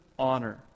Honor